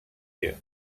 you